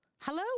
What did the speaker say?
Hello